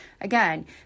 again